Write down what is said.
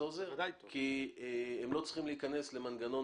זה עוזר כי הם לא צריכים להיכנס למנגנון